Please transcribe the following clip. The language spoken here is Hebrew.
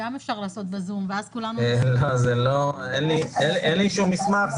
אין לי שום מסמך,